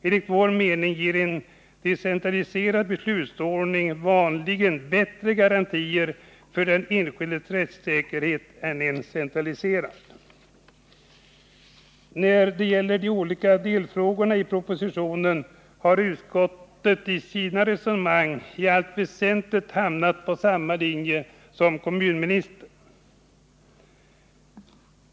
Enligt vår mening ger en decentraliserad beslutsordning vanligen bättre garantier för den enskildes rättssäkerhet än en centraliserad. När det gäller de olika delfrågorna i propositionen har utskottet i sina resonemang i allt väsentligt hamnat på samma linje som kommunministern.